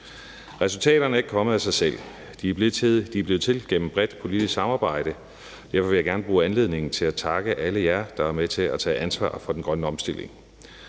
Resultaterne er ikke kommet af sig selv. De er blevet til gennem et bredt politisk samarbejde. Derfor vil jeg gerne bruge anledningen til at takke alle jer, der er med til at tage ansvar for den grønne omstilling.